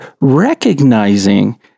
recognizing